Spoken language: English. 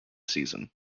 season